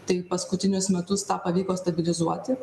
tai paskutinius metus tą pavyko stabilizuoti